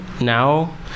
now